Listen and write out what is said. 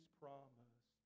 promise